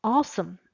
Awesome